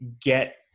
get